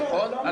היום.